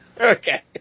Okay